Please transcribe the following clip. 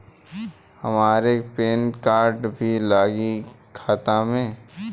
हमार PAN card भी लगी खाता में?